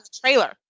trailer